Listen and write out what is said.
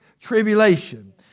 tribulation